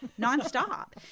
nonstop